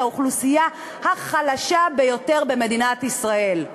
האוכלוסייה החלשה ביותר במדינת ישראל,